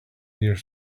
here